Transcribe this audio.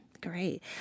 Great